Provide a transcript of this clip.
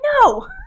No